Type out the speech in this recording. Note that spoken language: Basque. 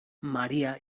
maria